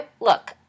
look